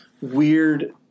weird –